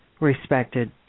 respected